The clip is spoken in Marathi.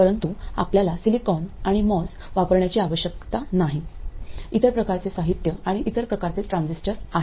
परंतु आपल्याला सिलिकॉन आणि मॉस वापरण्याची आवश्यकता नाही इतर प्रकारचे साहित्य आणि इतर प्रकारचे ट्रांजिस्टर आहेत